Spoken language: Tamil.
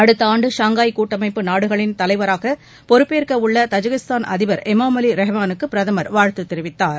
அடுத்த ஆண்டு ஷங்காய் கூட்டமைப்பு நாடுகளின் தலைவராக பொறுப்பேற்க உள்ள தஜகஸ்தான் அதிபர் இமோமலி ரகுமானுக்கு பிரதமர் வாழ்த்து தெரிவித்தார்